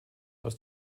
aus